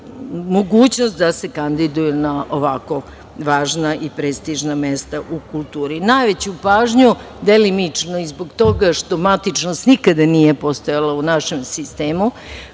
mogućnost da se kandiduju na ovako važna i prestižna mesta u kulturi. Najveću pažnju, delimično i zbog toga što matičnost nikada nije postojala u našem sistemu